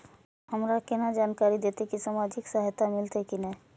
हमरा केना जानकारी देते की सामाजिक सहायता मिलते की ने?